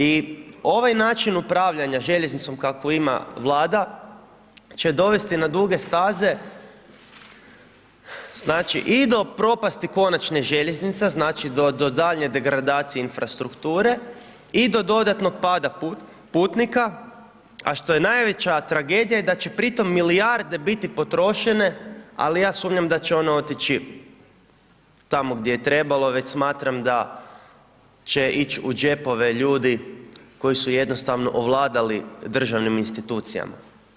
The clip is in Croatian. I ovaj način upravljanja željeznicom kakvu ima Vlada, će dovesti na duge staze, znači, i do propasti konačne željeznica, znači, do daljnje degradacije infrastrukture i do dodatnog pada putnika, a što je najveća tragedija je da će pri tom milijarde biti potrošene, ali ja sumnjam da će one otići tamo gdje je trebalo, već smatram da će ići u džepove ljudi koji su jednostavno ovladali državnim institucijama.